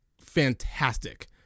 fantastic